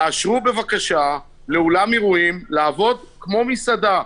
תאשרו בבקשה לאולם אירועים לעבוד כמו מסעדה.